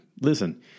listen